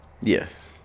Yes